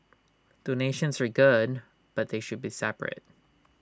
donations were good but they should be separate